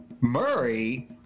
Murray